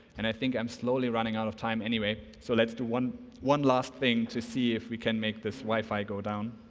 and i think i am slowly running out of time anyway so let's do one one last thing to see if we can make this wi-fi go down.